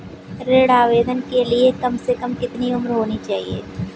ऋण आवेदन के लिए कम से कम कितनी उम्र होनी चाहिए?